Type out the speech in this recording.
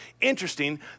Interesting